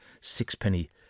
sixpenny